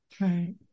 Right